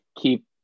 keep